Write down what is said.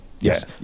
Yes